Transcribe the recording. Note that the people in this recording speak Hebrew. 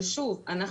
ברשותכם, אנחנו